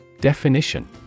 Definition